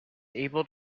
able